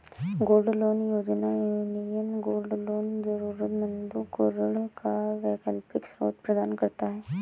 gold loan योजना, union gold loan जरूरतमंदों को ऋण का वैकल्पिक स्रोत प्रदान करता है